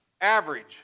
average